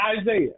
Isaiah